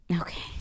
Okay